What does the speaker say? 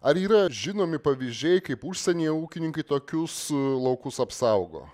ar yra žinomi pavyzdžiai kaip užsienyje ūkininkai tokius laukus apsaugo